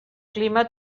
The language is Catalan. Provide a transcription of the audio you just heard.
clima